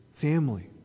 family